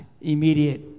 immediate